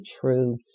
true